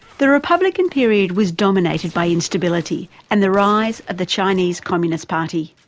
the republican period was dominated by instability and the rise of the chinese communist party.